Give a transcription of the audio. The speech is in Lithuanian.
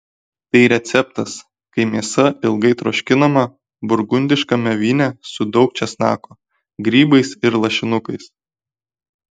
tai receptas kai mėsa ilgai troškinama burgundiškame vyne su daug česnako grybais ir lašinukais